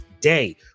day